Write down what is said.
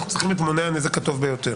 אנחנו צריכים את "מונע הנזק הטוב ביותר"